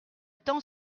temps